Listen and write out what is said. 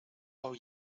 are